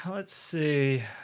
let's see.